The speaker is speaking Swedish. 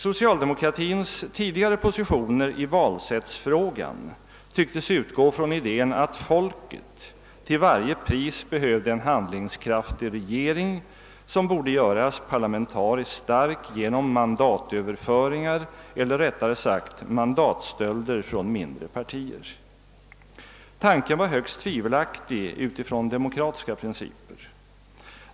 Socialdemokratins tidigare positioner i valsättsfrågan tycktes utgå från idén att »folket» till varje pris behövde en handlingskraftig regering, som borde göras parlamentariskt stark genom mandatöverföringar eller rättare sagt mandatstölder från andra partier. Tanken var högst tvivelaktig utifrån demokratiska principer.